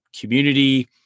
community